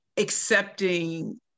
Accepting